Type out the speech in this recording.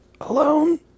alone